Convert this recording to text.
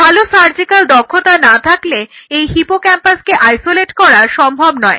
ভালো সার্জিক্যাল দক্ষতা না থাকলে এই হিপোক্যাম্পাসকে আইসোলেট করা সম্ভব নয়